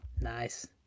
Nice